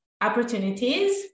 opportunities